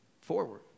forward